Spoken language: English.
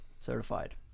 Certified